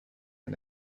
and